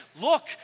look